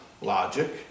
logic